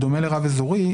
בדומה לרב אזורי,